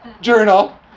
journal